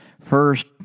first